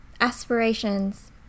aspirations